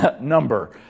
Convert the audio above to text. number